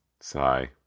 Sigh